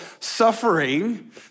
suffering